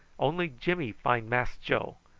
only jimmy find mass joe.